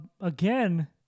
again